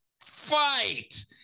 fight